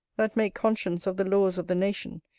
that make conscience of the laws of the nation,